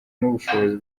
n’ubushobozi